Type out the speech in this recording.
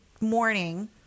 morning